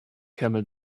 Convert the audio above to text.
camel